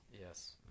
Yes